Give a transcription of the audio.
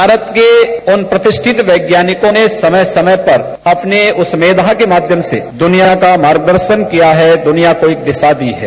भारत के प्रतिष्ठित वैज्ञानिकों ने समय समय पर अपने उस के माध्यम से दुनिया का मार्गदर्शन किया है दुनिया को एक दिशा दी है